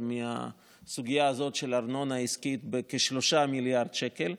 מהסוגיה הזאת של ארנונה עסקית בכ-3 מיליארד שקל,